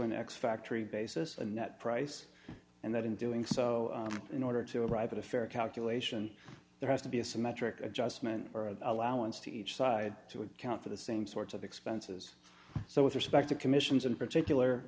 an ex factory basis the net price and then in doing so in order to arrive at a fair calculation there has to be a symmetric adjustment or a allowance to each side to account for the same sorts of expenses so with respect to commissions in